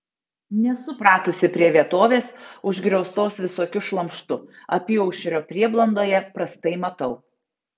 nesu pratusi prie vietovės užgrioztos visokiu šlamštu apyaušrio prieblandoje prastai matau